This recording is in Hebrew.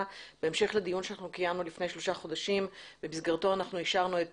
בהמשך לדיון שקיימנו לפני שלושה חודשים במסגרתו אישרנו את